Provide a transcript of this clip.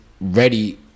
ready